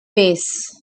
base